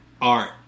art